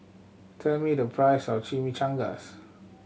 tell me the price of Chimichangas